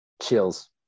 chills